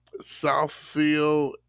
Southfield